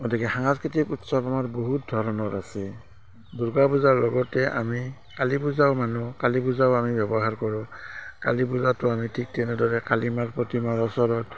গতিকে সাংস্কৃতিক উৎসৱ আমত বহুত ধৰণৰ আছে দুৰ্গা পূজাৰ লগতে আমি কালী পূজাও মানোঁ কালী পূজাও আমি ব্যৱহাৰ কৰোঁ কালী পূজাটো আমি ঠিক তেনেদৰে কালীমাৰ প্ৰতিমাৰ ওচৰত